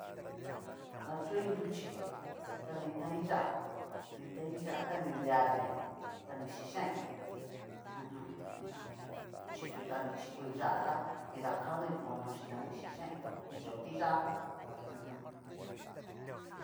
Dachoi nruchí ta ni tain yá'a ni tain yá'a ta ni nrea deen ta ni xhixhain, u jum ñajan nichutu ta ni chikoui yá'a ta nridakadoí koñoxhi ta ni xhixhain, ni xhoó ti yá'a u jum.